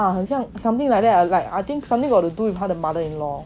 ah 很像 something like that like I think something got to do with 他的 mother in law